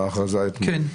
ההכרזה אתמול.